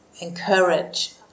encourage